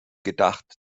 gedacht